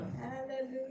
Hallelujah